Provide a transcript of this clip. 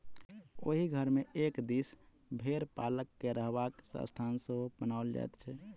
ओहि घर मे एक दिस भेंड़ पालक के रहबाक स्थान सेहो बनाओल जाइत छै